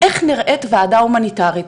איך נראית ועדה הומניטארית.